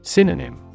Synonym